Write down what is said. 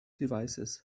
devices